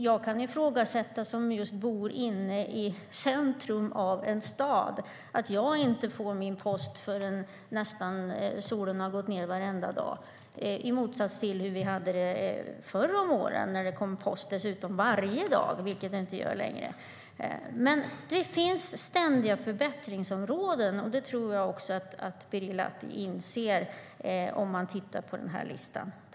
Jag som bor i centrum av en stad kan ifrågasätta att jag inte får min post förrän solen nästan har gått ned varenda dag i motsats till hur vi hade det förr om åren. Då delades post ut varje dag, vilket inte görs längre.